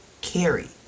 carry